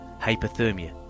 hypothermia